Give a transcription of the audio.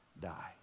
die